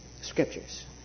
scriptures